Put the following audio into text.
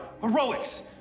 heroics